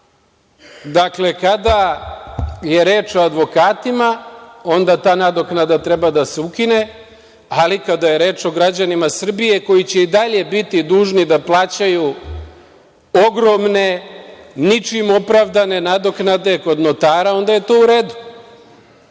Dakle, kada je reč o advokatima, onda ta nadoknada treba da se ukine, ali kada je reč o građanima Srbije, koji će i dalje biti dužni da plaćaju ogromne, ničim opravdane, nadoknade kod notara, onda je to u redu. Da